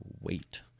wait